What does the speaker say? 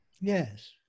Yes